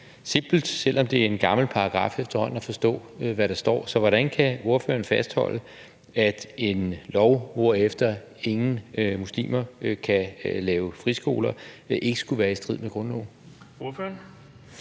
simpelt, selv om det efterhånden er en gammel paragraf at forstå. Så hvordan kan ordføreren fastholde, at en lov, hvorefter ingen muslimer kan lave friskoler, ikke skulle være i strid med grundloven? Kl.